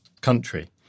country